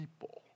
people